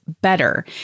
better